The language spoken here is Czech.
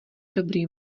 dobrý